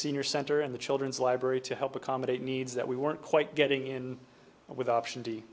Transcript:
senior center in the children's library to help accommodate needs that we weren't quite getting in with option